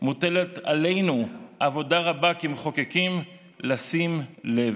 מוטלת עלינו עבודה רבה, כמחוקקים, לשים לב,